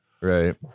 Right